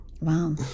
Wow